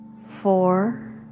Four